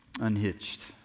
unhitched